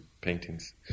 paintings